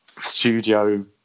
studio